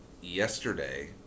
Yesterday